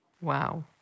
Wow